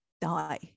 die